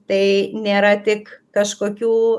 tai nėra tik kažkokių